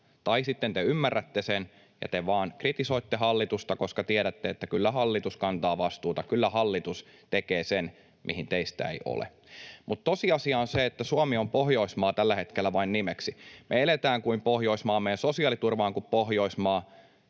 tai sitten te ymmärrätte sen, ja te vaan kritisoitte hallitusta, koska tiedätte, että kyllä hallitus kantaa vastuuta, kyllä hallitus tekee sen, mihin teistä ei ole. Tosiasia on se, että Suomi on Pohjoismaa tällä hetkellä vain nimeksi. Me eletään kuin Pohjoismaa, meidän sosiaaliturva on kuin Pohjoismaan,